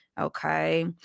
Okay